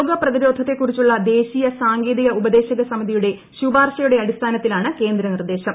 രോഗപ്രതിരോധത്തെക്കുറിച്ചുളള ദേശീയ സാങ്കേതിക ഉപദേശക സമിതിയുടെ ശുപാർശയുടെ അടിസ്ഥാനത്തിലാണ് കേന്ദ്രനിർദ്ദേശം